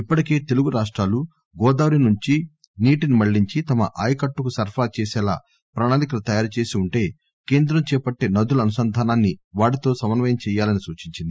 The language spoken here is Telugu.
ఇప్పటికే తెలుగు రాష్టాలు గోదావరి నుంచి నీటిని మళ్లించి తమ ఆయకట్టుకు సరఫరా చేసేలా ప్రణాళికలు తయారు చేసి ఉంటే కేంద్రం చేపట్లే నదుల అనుసంధానాన్ని వాటితో సమన్యయం చేయాలని సూచించింది